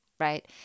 right